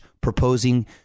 proposing